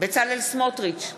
בצלאל סמוטריץ,